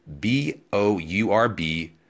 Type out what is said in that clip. B-O-U-R-B